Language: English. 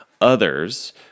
others